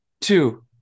Two